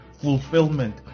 fulfillment